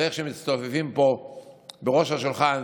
תראה איך שהם מצטופפים פה בראש השולחן: